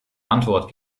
antwort